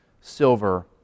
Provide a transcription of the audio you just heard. silver